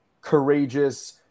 courageous